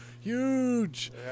huge